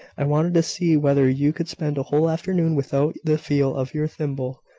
i wanted to see whether you could spend a whole afternoon without the feel of your thimble